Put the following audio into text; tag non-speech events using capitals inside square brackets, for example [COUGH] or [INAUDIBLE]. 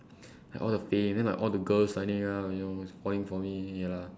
[BREATH] like all the fame then like all the girls signing up you know who's falling for me ya lah